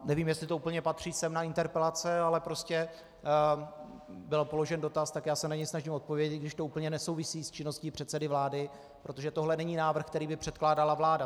Nevím, jestli to úplně patří sem na interpelace, ale prostě byl položen dotaz, tak se snažím na něj odpovědět, i když to úplně nesouvisí s činností předsedy vlády, protože tohle není návrh, který by předkládala vláda.